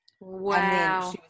Wow